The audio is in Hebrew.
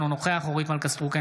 אינו נוכח אורית מלכה סטרוק,